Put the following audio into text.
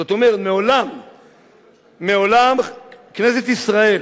זאת אומרת, מעולם כנסת ישראל